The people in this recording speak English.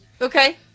Okay